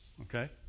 Okay